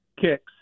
kicks